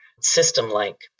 system-like